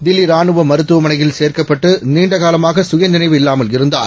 தில்லிராணுவமருத்துவமனையில்சேர்க்கப்பட் டநீண்டகாலமாகசுயநினைவுஇல்லாமல்இருந்தார்